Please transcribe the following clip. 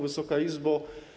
Wysoka Izbo!